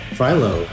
Philo